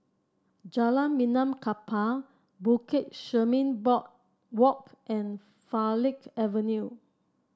Jalan Benaan Kapal Bukit Chermin Boardwalk and Farleigh Avenue